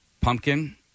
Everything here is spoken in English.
pumpkin